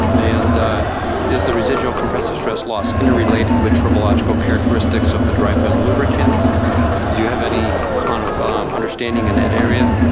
and is the residual compressive stress loss interrelated with tribological characteristics of the dry fan lubricant? do you have any kind of um understanding in that area?